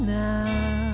now